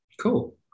Cool